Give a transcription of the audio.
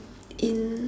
in